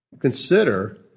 Consider